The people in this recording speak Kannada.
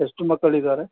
ಎಷ್ಟು ಮಕ್ಕಳಿದ್ದಾರೆ